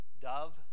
dove